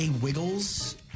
Wiggles